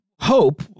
hope